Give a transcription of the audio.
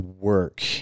work